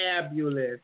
fabulous